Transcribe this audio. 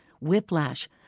whiplash